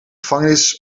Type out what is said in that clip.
gevangenis